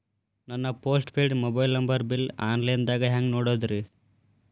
ನನ್ನ postpaid mobile number bill, online ದಾಗ ಹ್ಯಾಂಗ್ ನೋಡೋದ್ರಿ?